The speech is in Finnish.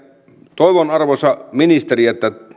toivon arvoisa ministeri että